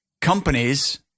companies